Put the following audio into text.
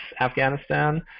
Afghanistan